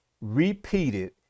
repeated